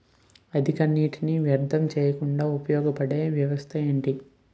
అధిక నీటినీ వ్యర్థం చేయకుండా ఉపయోగ పడే వ్యవస్థ ఏంటి